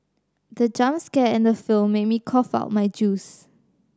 the jump scare in the film made me cough out my juice